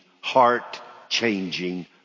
heart-changing